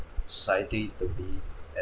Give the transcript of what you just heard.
society to be ent~